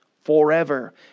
forever